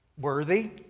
worthy